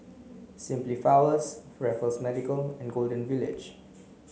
Simply Flowers Medical and Golden Village